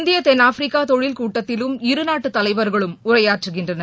India தென்னாப்பிரிக்கா தொழில் கூட்டத்திலும் இருநாட்டு தலைவர்களும் உரையாற்றுகின்றனர்